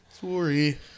Sorry